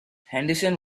henderson